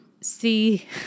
see